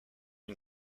une